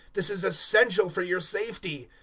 this is essential for your safety.